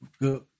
Good